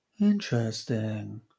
Interesting